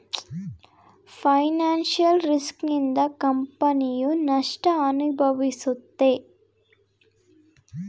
financial risk ನಿಂದ ಕಂಪನಿಯು ನಷ್ಟ ಅನುಭವಿಸುತ್ತೆ